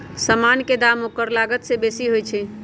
समान के दाम ओकर लागत से बेशी होइ छइ